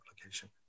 application